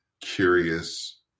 curious